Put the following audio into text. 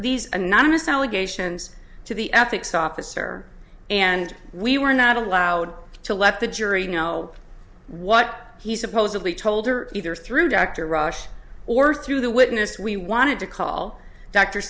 these anonymous allegations to the ethics officer and we were not allowed to let the jury know what he supposedly told or either through dr rush or through the witness we wanted to call dr